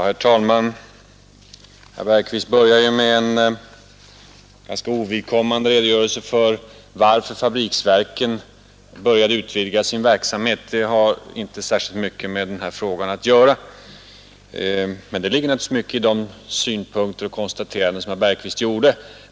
Herr talman! Herr Bergqvist började med en ganska ovidkommande redogörelse för varför fabriksverken började utvidga sin verksamhet. Det har inte särskilt mycket med den fråga vi nu diskuterar att göra. Men det ligger naturligtvis mycket i de synpunkter och konstateranden som herr Bergqvist gjorde.